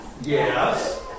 Yes